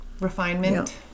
Refinement